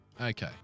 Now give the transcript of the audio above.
Okay